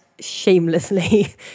shamelessly